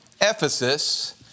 Ephesus